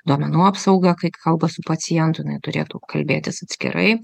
duomenų apsauga kai kalba su pacientu jinai turėtų kalbėtis atskirai